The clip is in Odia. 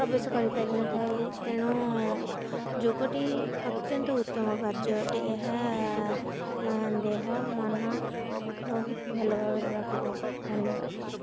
ପ୍ରବେଶ କରିପାରି ନ ଥାଏ ତେଣୁ ଯୋଗଟି ଅତ୍ୟନ୍ତ ଉତ୍ତମ କାର୍ଯ୍ୟ ଅଟେ ଏହା ଦେହ ମନ ବହୁତ ଭଲ ଭାବରେ ରଖିଥାଏ ଧନ୍ୟବାଦ